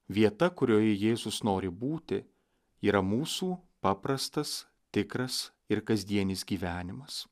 vieta kurioje jėzus nori būti yra mūsų paprastas tikras ir kasdienis gyvenimas